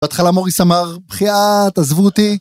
בהתחלה מוריס אמר בחייאת, עזבו אותי